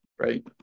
right